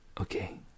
okay